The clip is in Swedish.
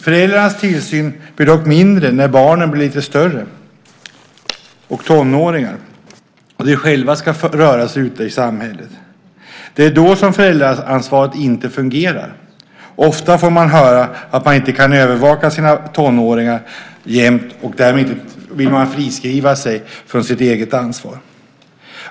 Föräldrarnas tillsyn blir dock mindre när barnen blir lite större och tonåringar och själva ska röra sig ute i samhället. Det är då som föräldraansvaret inte fungerar. Ofta får man höra att man inte kan övervaka sina tonåringar jämt, och därmed vill man friskriva sig från sitt eget ansvar.